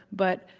but,